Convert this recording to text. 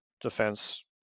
defense